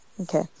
Okay